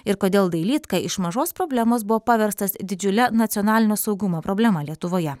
ir kodėl dailydka iš mažos problemos buvo paverstas didžiule nacionalinio saugumo problema lietuvoje